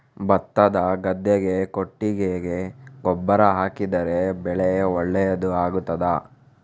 ಭತ್ತದ ಗದ್ದೆಗೆ ಕೊಟ್ಟಿಗೆ ಗೊಬ್ಬರ ಹಾಕಿದರೆ ಬೆಳೆ ಒಳ್ಳೆಯದು ಆಗುತ್ತದಾ?